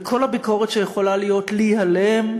עם כל הביקורת שיכולה להיות לי עליהם,